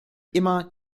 immer